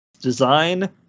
design